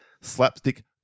slapstick